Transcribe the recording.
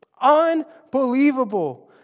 Unbelievable